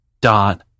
dot